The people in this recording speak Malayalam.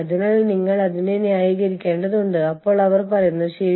അതിനാൽ നിങ്ങൾ ഇത് കാണുന്നു ശരി